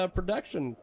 production